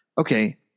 okay